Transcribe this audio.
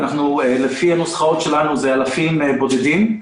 ולפי הנוסחאות שלנו זה אלפים בודדים.